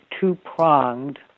two-pronged